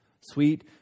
Sweet